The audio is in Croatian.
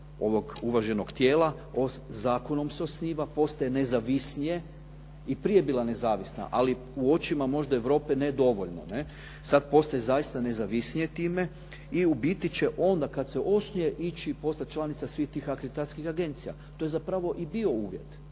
ovog uvaženog tijela, zakonom se osniva, postaje nezavisnije. I prije je bila nezavisna, ali u očima možda Europe ne dovoljno. Sad postaje zaista nezavisnije time i u biti će onda kad se osnuje ići postati članica svih tih akreditacijskih agencija. To je zapravo i bio uvjet.